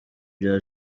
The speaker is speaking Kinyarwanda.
bya